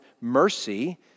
mercy